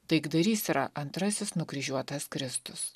taikdarys yra antrasis nukryžiuotas kristus